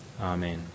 Amen